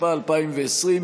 התשפ"א 2020,